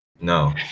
No